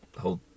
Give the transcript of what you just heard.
hold